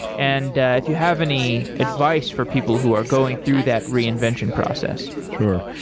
and ah if you have any advice for people who are going through that reinvention process sure.